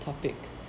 topic